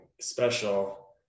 special